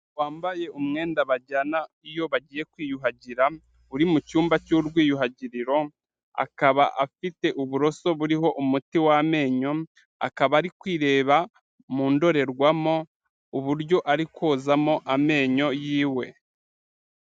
Wambaye umwenda bajyana iyo bagiye kwiyuhagira uri mu cyumba cy'urwiyuhagiriro, akaba afite uburoso buriho umuti w'amenyo, akaba ari kwireba mu ndorerwamo uburyo ari kozamo amenyo yiwe.